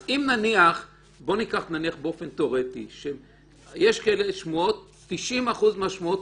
אז אם נניח ניקח באופן תאורטי שיש שמועות ו-90% מהשמועות